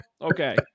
Okay